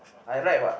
I right what